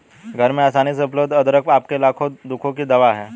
घर में आसानी से उपलब्ध अदरक आपके लाखों दुखों की दवा है